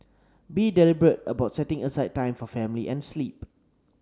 be deliberate about setting aside time for family and sleep